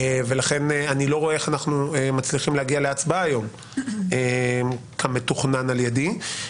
ולכן אני לא רואה איך אנחנו מצליחים להגיע להצבעה היום כמתוכנן על ידי.